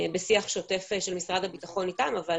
בשיח שוטף של משרד הבטחון איתם אבל